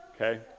okay